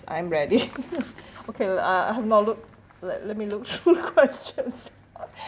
I am ready okay uh I have not look like let me look through questions